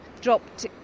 dropped